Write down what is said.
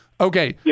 Okay